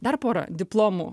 dar porą diplomų